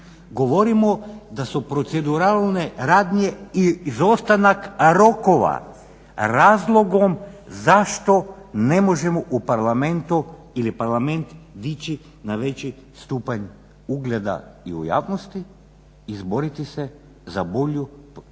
govorimo da su proceduralne radnje izostanak rokova razlogom zašto ne možemo u Parlamentu ili Parlament dići na veći stupanj ugleda i u javnosti izboriti se za bolju, bolju